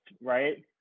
right